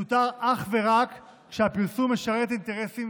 תותר אך ורק כשהפרסום משרת אינטרסים